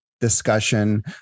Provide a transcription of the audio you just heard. discussion